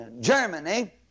Germany